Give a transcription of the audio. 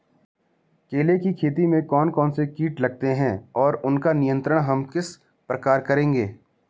केले की खेती में कौन कौन से कीट लगते हैं और उसका नियंत्रण हम किस प्रकार करें?